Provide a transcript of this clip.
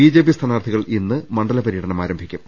BJP സ്ഥാനാർത്ഥി കൾ ഇന്ന് മണ്ഡലം പര്യടനം ആരംഭിക്കും